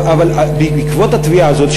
אבל בעקבות התביעה הזאת,